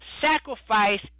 sacrifice